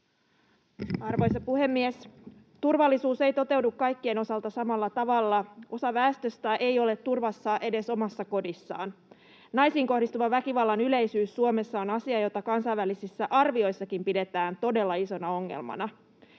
Arvoisa puhemies! Turvallisuus ei toteudu kaikkien osalta samalla tavalla: osa väestöstä ei ole turvassa edes omassa kodissaan. Naisiin kohdistuvan väkivallan yleisyys Suomessa on asia, jota kansainvälisissä arvioissakin pidetään todella isona ongelmana.